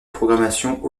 programmation